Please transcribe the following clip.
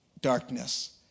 darkness